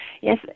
yes